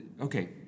Okay